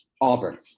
Auburn